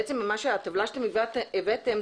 הטבלה שהבאתם,